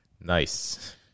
Nice